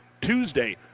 Tuesday